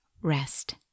rest